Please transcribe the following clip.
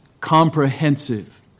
comprehensive